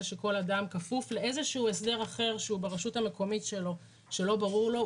שכל אדם כפוף לאיזשהו הסדר אחר ברשות המקומית שלו שלא ברור לו.